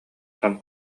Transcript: хам